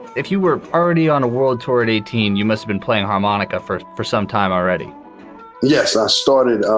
if you were already on a world tour in eighteen, you must been playing harmonica for for some time already yes. i started